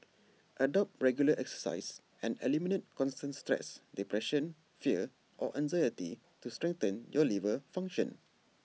adopt regular exercise and eliminate constant stress depression fear or anxiety to strengthen your liver function